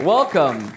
Welcome